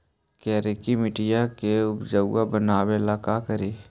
करिकी मिट्टियां के उपजाऊ बनावे ला का करी?